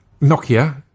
Nokia